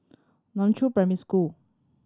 Nan Chiau Primary School